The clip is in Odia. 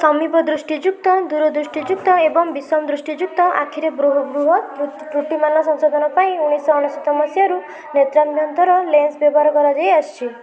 ସମୀପଦୃଷ୍ଟି ଯୁକ୍ତ ଦୂରଦୃଷ୍ଟି ଯୁକ୍ତ ଏବଂ ବିଷମଦୃଷ୍ଟି ଯୁକ୍ତ ଆଖିରେ ବୃହତ ତ୍ରୁଟିମାନ ସଂଶୋଧନ ପାଇଁ ଉଣେଇଶହ ଅନେଶ୍ୱତ ମସିହାରୁ ନେତ୍ରାଭ୍ୟନ୍ତର ଲେନ୍ସ ବ୍ୟବହାର କରାଯାଇ ଆସିଛି